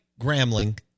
Grambling